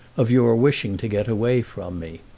of your wishing to get away from me.